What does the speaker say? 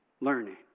Learning